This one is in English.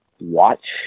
watch